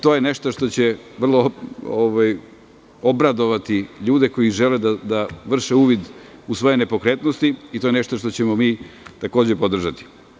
To je nešto što će obradovati ljude koji žele da vrše uvid u svoje nepokretnosti i to je nešto što ćemo mi takođe podržati.